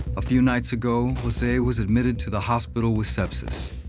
a few nights ago, jose was admitted to the hospital with sepsis,